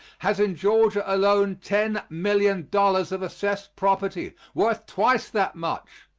has in georgia alone ten million dollars of assessed property, worth twice that much.